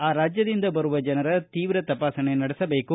ಆ ರಾಜ್ಯದಿಂದ ಬರುವ ಜನರ ತೀವ್ರ ತಪಾಸಣೆ ನಡೆಸಬೇಕು